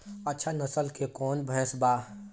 अच्छा नस्ल के कौन भैंस बा?